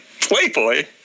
Playboy